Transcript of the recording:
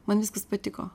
man viskas patiko